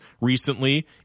recently